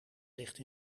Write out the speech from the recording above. ligt